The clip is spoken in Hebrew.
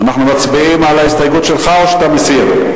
אנחנו מצביעים על ההסתייגות שלך או שאתה מסיר?